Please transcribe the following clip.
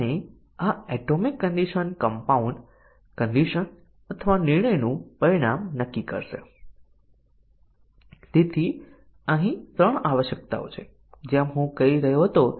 તેથી અન્ય કન્ડિશન ોને વિવિધ સંભવિત મૂલ્યો આપવાનું ખરેખર વાંધો નહીં આવે